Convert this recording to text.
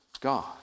God